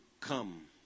come